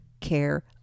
care